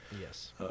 yes